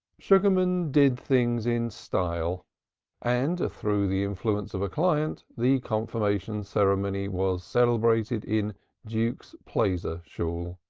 sugarman did things in style and through the influence of a client the confirmation ceremony was celebrated in duke's plaizer shool.